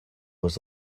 was